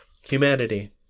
Humanity